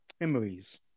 memories